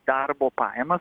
darbo pajamas